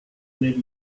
may